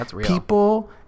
people